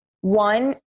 one